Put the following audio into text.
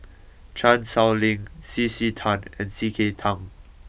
Chan Sow Lin C C Tan and C K Tang